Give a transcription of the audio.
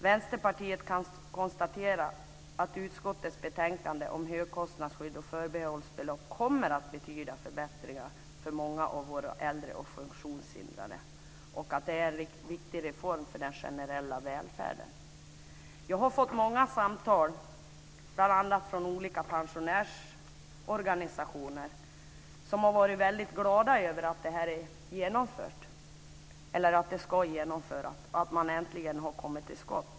Vänsterpartiet kan konstatera att utskottets betänkande om högkostnadsskydd och förbehållsbelopp kommer att betyda förbättringar för många av våra äldre och funktionshindrade och att det är en viktig reform för den generella välfärden. Jag har fått många samtal, bl.a. från olika pensionärsorganisationer. Dessa har varit väldigt glada över att detta ska genomföras och att man äntligen har kommit till skott.